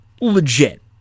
legit